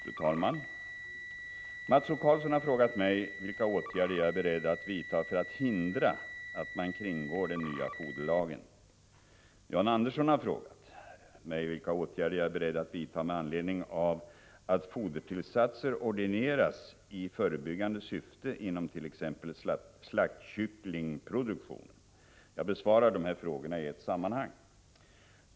Fru talman! Mats O Karlsson har frågat mig vilka åtgärder jag är beredd att vidta för att hindra att man kringgår den nya foderlagen. John Andersson har frågat mig vilka åtgärder jag är beredd att vidta med anledning av att fodertillsatser ordineras i förebyggande syfte inom t.ex. slaktkycklingsproduktionen. Jag besvarar frågorna i ett sammanhang.